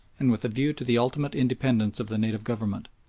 and with a view to the ultimate independence of the native government.